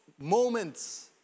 moments